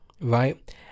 Right